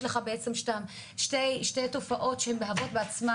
למעשה יש לך שתי תופעות שמהוות בעצמן